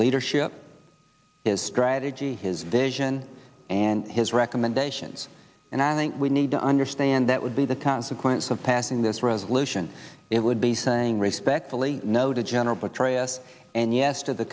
leadership his strategy his vision and his recommendations and i think we need to understand that would be the tons of points of passing this resolution it would be saying respectfully no to general petraeus and yes t